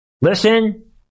Listen